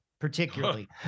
particularly